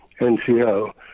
NCO